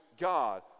God